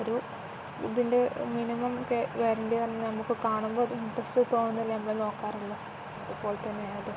ഒരു ഇതിൻ്റെ മിനിമം ഒക്കെ വരണ്ടി പറഞ്ഞാൽ നമുക്ക് കാണുമ്പോൾ അത് ഇൻട്രസ്റ്റ് തോന്നുന്നില്ലേ നമ്മൾ നോക്കാറുള്ളൂ അതുപോലെ തന്നെ അതും